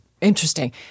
Interesting